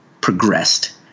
progressed